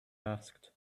asked